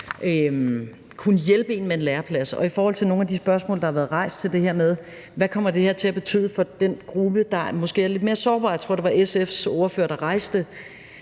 kunne hjælpe en med en læreplads. I forhold til nogle af de her spørgsmål, der har været rejst til det her med, hvad det kommer til at betyde for den gruppe, der måske er lidt mere sårbar – jeg tror, det var SF's ordfører, der rejste